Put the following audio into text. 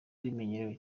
rimenyerewe